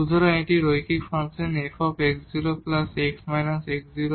সুতরাং এটি এখানে রৈখিক ফাংশন f Aϵ